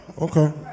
Okay